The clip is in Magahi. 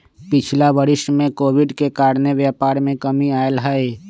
पिछिला वरिस में कोविड के कारणे व्यापार में कमी आयल हइ